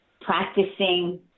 practicing